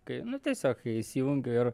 kai nu tiesiog kai įsijungiu ir